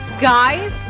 GUYS